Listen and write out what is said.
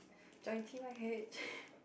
join T_Y_H